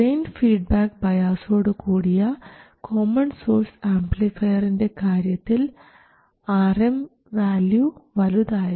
drain feedback ബയാസോടു കൂടിയ common source ആംപ്ലിഫയറിൻറെ കാര്യത്തിൽ Rm വാല്യൂ വലുതായിരുന്നു